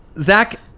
Zach